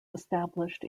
established